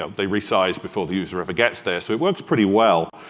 ah they resize before the user ever gets there, so it works pretty well.